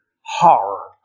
horror